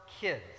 kids